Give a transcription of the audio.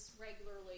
Regularly